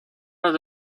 los